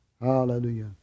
Hallelujah